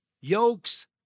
yokes